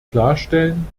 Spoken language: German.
klarstellen